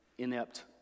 inept